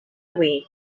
wii